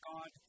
God